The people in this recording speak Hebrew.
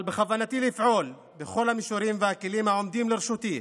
אבל בכוונתי לפעול בכל המישורים והכלים העומדים לרשותי